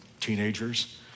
teenagers